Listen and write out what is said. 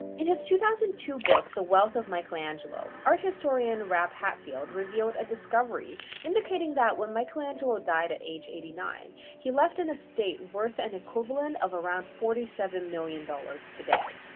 in his two thousand and two book the wealth of michelangelo, art historian rab hatfield revealed a discovery indicating that when michelangelo died at age eighty nine, he left an estate worth an equivalent of around forty seven million dollars today.